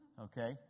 okay